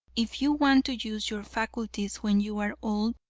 if you want to use your faculties when you are old,